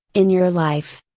in your life.